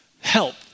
help